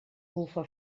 bufa